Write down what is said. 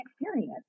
experience